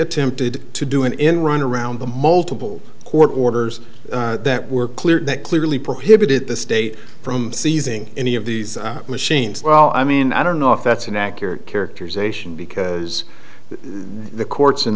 attempted to do an end run around the multiple court orders that were clear that clearly prohibited the state from seizing any of these machines well i mean i don't know if that's an accurate characterization because the courts